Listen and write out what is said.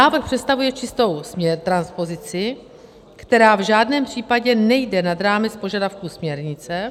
Návrh představuje čistou transpozici, která v žádném případě nejde nad rámec požadavků směrnice.